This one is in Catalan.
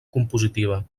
compositiva